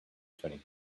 turning